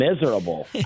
miserable